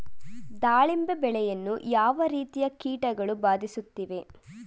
ದಾಳಿಂಬೆ ಬೆಳೆಯನ್ನು ಯಾವ ರೀತಿಯ ಕೀಟಗಳು ಬಾಧಿಸುತ್ತಿವೆ?